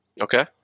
Okay